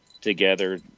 together